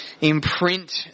imprint